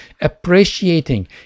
appreciating